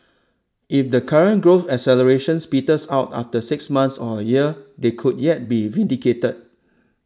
if the current growth accelerations peters out after six months or a year they could yet be vindicated